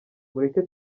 mureke